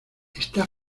está